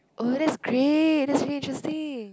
oh that's great that's very interesting